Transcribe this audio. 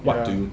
ya